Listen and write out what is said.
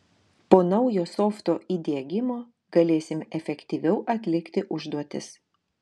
po naujo softo įdiegimo galėsim efektyviau atlikti užduotis